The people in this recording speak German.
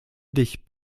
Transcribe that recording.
dich